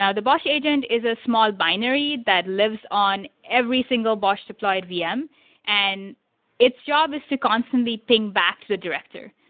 ah the bosh agent is a small binary that lives on every single bosh-deployed vm and its job is to constantly ping back to the director.